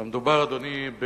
אדוני,